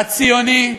הציוני,